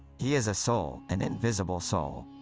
he is a soul, an invisible soul.